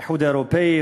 האיחוד האירופי,